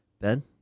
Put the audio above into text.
Ben